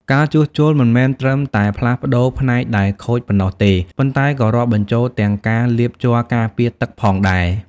ការជួសជុលមិនមែនត្រឹមតែផ្លាស់ប្ដូរផ្នែកដែលខូចប៉ុណ្ណោះទេ ប៉ុន្តែក៏រាប់បញ្ចូលទាំងការលាបជ័រការពារទឹកផងដែរ។